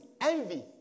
envy